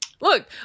Look